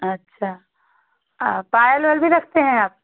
अच्छा पायल उयल भी रखते हैं आप